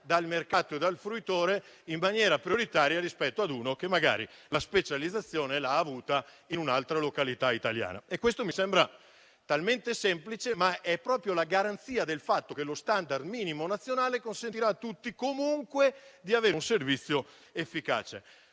dal mercato e dal fruitore in maniera prioritaria rispetto a un'altra guida che magari la specializzazione l'ha avuta in un'altra località italiana. È un punto che mi sembra semplice ed è la garanzia del fatto che lo *standard* minimo nazionale consentirà a tutti comunque di avere un servizio efficace.